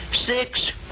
six